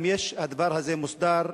האם הדבר הזה מוסדר,